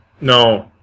No